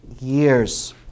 years